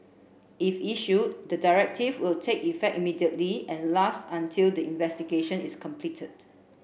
if issued the directive will take effect immediately and last until the investigation is completed